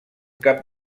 cap